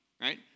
right